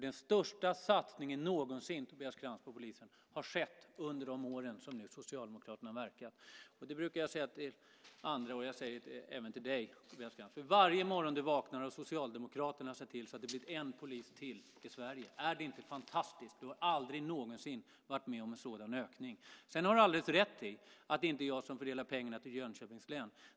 Den största satsningen någonsin på polisen, Tobias Krantz, har skett under de år som nu Socialdemokraterna har verkat. Jag brukar säga det till andra, och jag säger det även till dig, Tobias Krantz: För varje morgon du vaknar har Socialdemokraterna sett till att det blivit en polis till i Sverige. Är det inte fantastiskt? Du har aldrig någonsin varit med om en sådan ökning. Sedan har du alldeles rätt i att det inte är jag som fördelar pengarna till Jönköpings län.